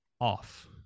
off